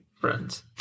friends